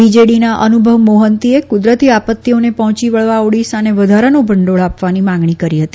બીજેડીના અનુભવ મોહંતીએ કુદરતી આપત્તીઓને પહોંચી વળવા ઓડીસાને વધારાનું ભંડોળ આપવાની માંગણી કરી હતી